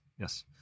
yes